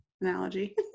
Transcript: analogy